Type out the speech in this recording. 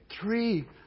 three